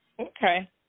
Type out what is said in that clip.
Okay